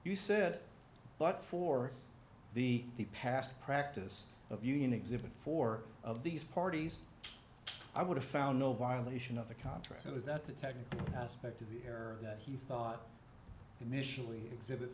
you said but for the past practice of union exhibit four of these parties i would have found no violation of the contract was that the technical aspect of the error that he thought initially exhibit